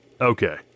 Okay